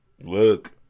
Look